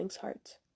heart